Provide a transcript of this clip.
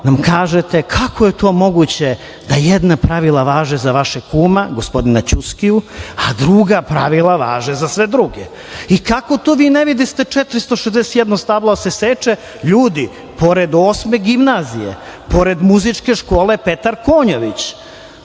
kažete kako je to moguće da jedna pravila važe za vašeg kuma, gospodina Ćuskiju, a druga pravila važe za sve druge? I kako to vi ne videste 461 stablo da se seče? Ljudi, to je pored Osme gimnazije, pored muzičke škole "Petar Konjović".